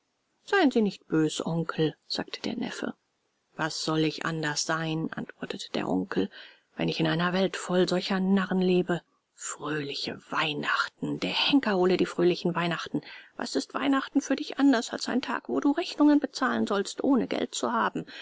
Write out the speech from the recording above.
seien sie nicht bös onkel sagte der neffe was soll ich anders sein antwortete der onkel wenn ich in einer welt voll solcher narren lebe fröhliche weihnachten der henker hole die fröhlichen weihnachten was ist weihnachten für dich anders als ein tag wo du rechnungen bezahlen sollst ohne geld zu haben